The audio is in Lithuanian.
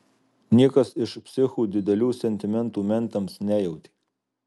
niekas iš psichų didelių sentimentų mentams nejautė